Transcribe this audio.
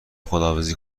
خداحافظی